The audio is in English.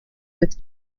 with